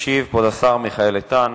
ישיב כבוד השר מיכאל איתן.